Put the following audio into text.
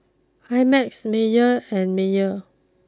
I Max Mayer and Mayer